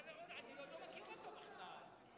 שיש עקרונות של חוק חדלות פירעון ושיקום כלכלי,